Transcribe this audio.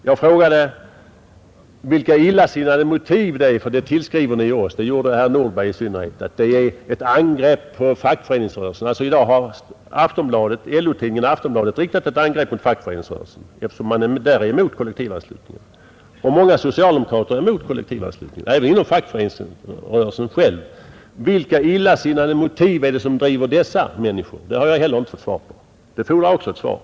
Jag frågade också vilka illasinnade motiv det är ni tillskriver oss — bl.a. herr Nordberg sade att detta är angrepp på fackföreningsrörelsen. I dag har i så fall LO-tidningen Aftonbladet riktat ett angrepp på fackföreningsrörelsen, eftersom man där är emot kollektivanslutningen. Många socialdemokrater, även inom fackföreningsrörelsen, är emot kollektivanslutningen. Vilka illasinnade motiv är det som driver dessa människor? Det har jag heller inte fått svar på. Det fordrar också ett svar.